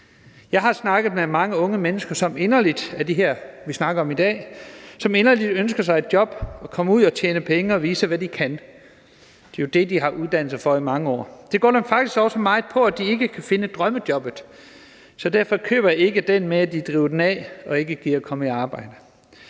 som vi snakker om i dag, og som inderligt ønsker sig et job og at komme ud og tjene penge og vise, hvad de kan. Det er jo det, de har uddannet sig til i mange år. Det går dem faktisk også meget på, at de ikke kan finde drømmejobbet, så derfor køber jeg ikke den med, at de driver den af og ikke gider komme i arbejde.